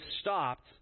stopped